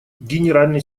генеральный